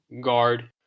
guard